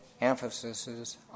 emphases